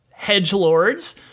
hedgelords